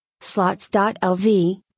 Slots.lv